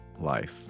life